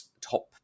top